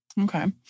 Okay